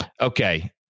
Okay